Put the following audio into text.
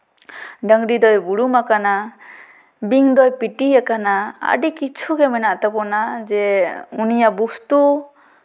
ᱰᱟᱹᱝᱨᱤ ᱫᱚᱭ ᱵᱩᱨᱩᱢ ᱟᱠᱟᱱᱟ ᱵᱤᱧ ᱫᱚᱭ ᱯᱤᱴᱤ ᱟᱠᱟᱱᱟ ᱟᱹᱰᱤ ᱠᱤᱪᱷᱩᱜᱮ ᱢᱮᱱᱟᱜ ᱛᱟᱵᱚᱱᱟ ᱩᱱᱤᱭᱟᱜ ᱵᱚᱥᱛᱩ